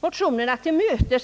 motionärerna till mötes.